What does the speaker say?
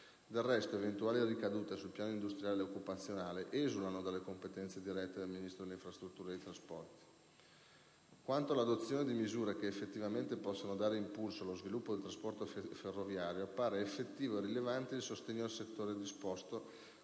Del resto, eventuali ricadute sul piano industriale ed occupazionale esulano dalle competenze dirette del Ministero delle infrastrutture e dei trasporti. Quanto all'adozione di misure che effettivamente possano dare impulso allo sviluppo del trasporto ferroviario, appare effettivo e rilevante il sostegno al settore disposto